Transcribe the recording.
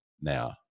now